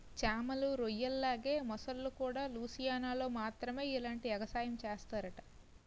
చేమలు, రొయ్యల్లాగే మొసల్లుకూడా లూసియానాలో మాత్రమే ఇలాంటి ఎగసాయం సేస్తరట